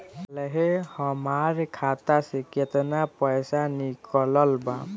काल्हे हमार खाता से केतना पैसा निकलल बा?